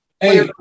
Hey